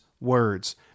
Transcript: words